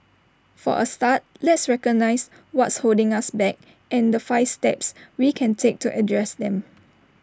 for A start let's recognise what's holding us back and the five steps we can take to address them